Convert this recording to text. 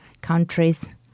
countries